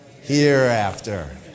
hereafter